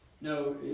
No